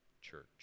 church